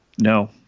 No